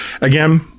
Again